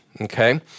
okay